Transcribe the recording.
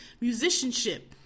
musicianship